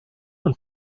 und